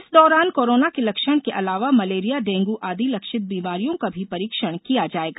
इस दौरान कोरोना के लक्षण के अलावा मलेरिया डेंग्र आदि लक्षित बीमारियों का भी परीक्षण किया जायेगा